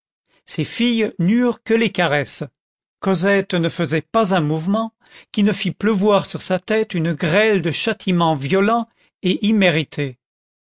ses filles n'eurent que les caresses cosette ne faisait pas un mouvement qui ne fît pleuvoir sur sa tête une grêle de châtiments violents et immérités